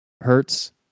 Hertz